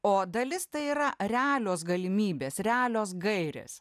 o dalis tai yra realios galimybės realios gairės